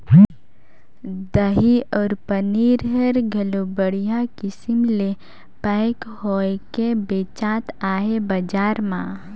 दही अउ पनीर हर घलो बड़िहा किसम ले पैक होयके बेचात हे बजार म